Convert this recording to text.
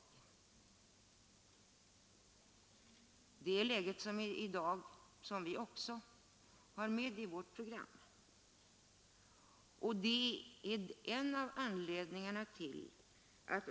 Läget i dag har vi också med som utgångspunkt i vårt program.